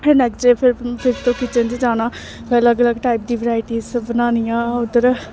फिर next day तू kitchen च जाना फिर अलग अलग टाइप दी वैराइटी बनानियां उद्धर